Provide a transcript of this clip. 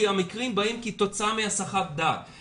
כי המקרים באים כתוצאה מהסחת דעת.